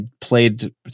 played